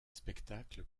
spectacle